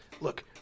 Look